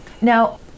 Now